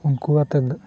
ᱩᱱᱠᱩᱣᱟᱛᱮᱫ